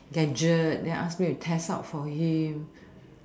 gadget then ask me to test out for you